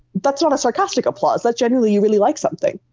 that's not a sarcastic applause, that's genuinely you really like something.